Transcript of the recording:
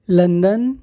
London